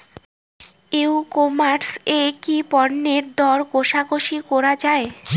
ই commerce এ কি পণ্যের দর কশাকশি করা য়ায়?